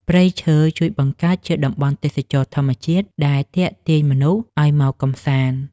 ព្រៃឈើជួយបង្កើតជាតំបន់ទេសចរណ៍ធម្មជាតិដែលទាក់ទាញមនុស្សឱ្យមកកម្សាន្ត។